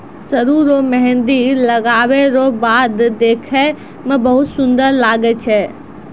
सरु रो मेंहदी लगबै रो बाद देखै मे बहुत सुन्दर लागै छै